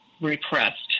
repressed